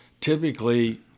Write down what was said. Typically